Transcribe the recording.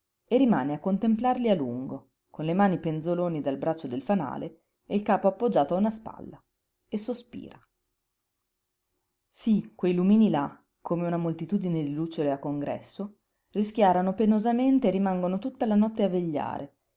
e rimane a contemplarli a lungo con le mani penzoloni dal braccio del fanale e il capo appoggiato a una spalla e sospira sí quei lumini là come una moltitudine di lucciole a congresso rischiarano penosamente e rimangono tutta la notte a vegliare